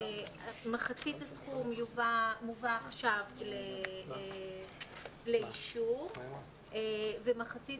מחצית הסכום מובא עכשיו לאישור ומחצית